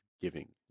giving